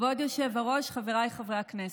כבוד היושב-ראש, חבריי חברי הכנסת,